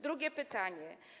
Drugie pytanie.